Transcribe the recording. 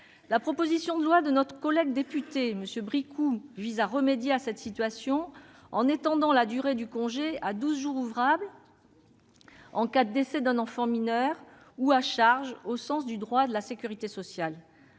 La proposition de loi de notre collègue député, M. Bricout, vise à remédier à cette situation en étendant la durée du congé à douze jours ouvrables en cas de décès d'un enfant mineur, ou à charge, au sens du droit de la sécurité sociale.